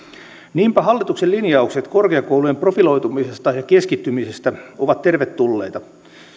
niinpä hallituksen linjaukset korkeakoulujen profiloitumisesta ja keskittymisestä ovat tervetulleita